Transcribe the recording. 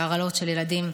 לגבי הרעלות של ילדים.